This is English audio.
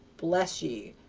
bless ye!